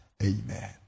Amen